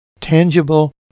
Tangible